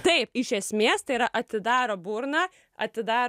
taip iš esmės tai yra atidaro burną atidaro